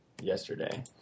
yesterday